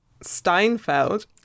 Steinfeld